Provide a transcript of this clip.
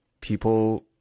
people